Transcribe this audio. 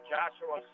Joshua